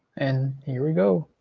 and here we go.